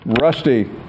Rusty